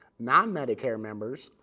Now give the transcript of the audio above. non-medicare members,